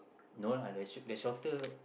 no lah the the shorter